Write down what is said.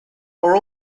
are